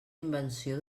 invenció